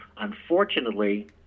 Unfortunately